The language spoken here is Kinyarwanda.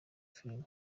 filime